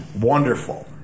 Wonderful